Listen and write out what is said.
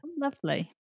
Lovely